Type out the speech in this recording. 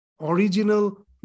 original